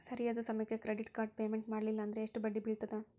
ಸರಿಯಾದ ಸಮಯಕ್ಕೆ credit card payment ಮಾಡಲಿಲ್ಲ ಅಂದ್ರೆ ಎಷ್ಟು ಬಡ್ಡಿ ಬೇಳ್ತದ?